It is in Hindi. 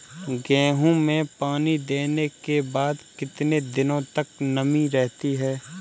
गेहूँ में पानी देने के बाद कितने दिनो तक नमी रहती है?